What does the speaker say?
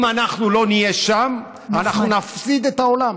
אם אנחנו לא נהיה שם, אנחנו נפסיד את העולם.